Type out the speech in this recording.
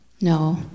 No